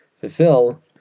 fulfill